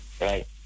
Right